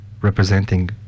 representing